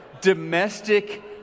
domestic